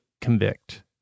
convict